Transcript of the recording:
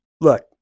look